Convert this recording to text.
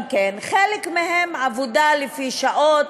חלק מהם עבודה לפי שעות,